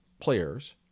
players